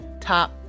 top